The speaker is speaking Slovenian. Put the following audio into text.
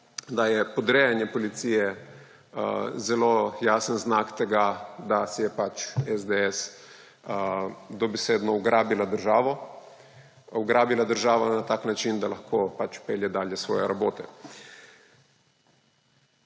da je podrejanje policije zelo jasen znak tega, da je pač SDS dobesedno ugrabila državo, ugrabila državo na tak način, da lahko pelje dalje svoje rabote.